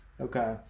Okay